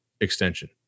extension